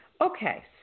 Okay